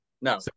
No